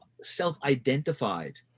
self-identified